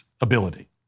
ability